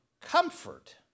comfort